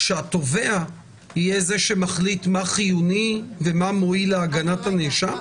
שהתובע יהיה זה שמחליט מה חיוני ומה מועיל להגנת הנאשם.